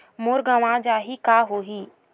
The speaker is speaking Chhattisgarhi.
मोर गंवा जाहि का होही?